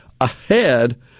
ahead